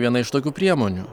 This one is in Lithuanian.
viena iš tokių priemonių